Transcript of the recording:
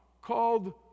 called